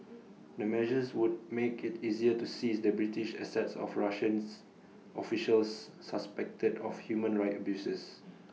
the measures would make IT easier to seize the British assets of Russians officials suspected of human rights abuses